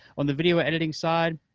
on the video editing side,